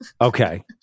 Okay